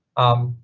um,